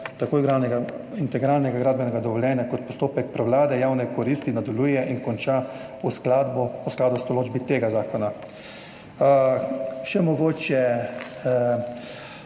integralnega gradbenega dovoljenja kot postopek prevlade javne koristi nadaljuje in konča v skladu z določbami tega zakona. Mogoče